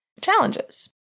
Challenges